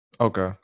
Okay